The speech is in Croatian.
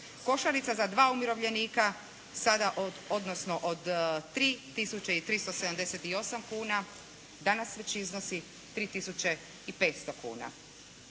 Košarica za 2 umirovljenika sada odnosno od 3 tisuće i 378 kuna danas već iznosi 3 tisuće